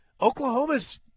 Oklahoma's